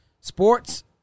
Sports